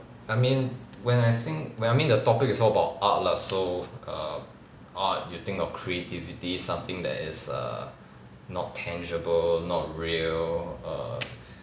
I mean when I think when I mean the topic is all about art lah so err art you think of creativity something that is err not tangible not real err